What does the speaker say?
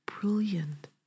brilliant